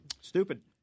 Stupid